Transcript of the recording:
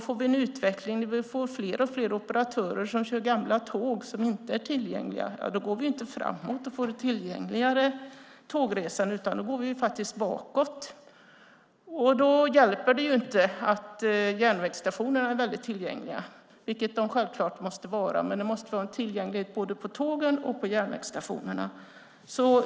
Får vi en utveckling mot fler och fler operatörer som kör gamla tåg som inte är tillgängliga går vi inte framåt och får inte ett tillgängligare tågresande, utan då går vi faktiskt bakåt. Då hjälper det inte att järnvägsstationerna är väldigt tillgängliga, vilket de självklart måste vara. Det måste vara en tillgänglighet både på tågen och på järnvägsstationerna.